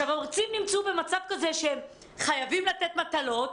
המרצים נמצאו במצב כזה שהם חייבים לתת מטלות,